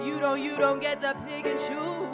you know you don't get